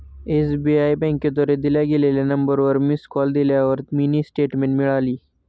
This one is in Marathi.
एस.बी.आई बँकेद्वारे दिल्या गेलेल्या नंबरवर मिस कॉल दिल्यावर मिनी स्टेटमेंट मिळाली